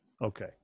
Okay